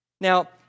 Now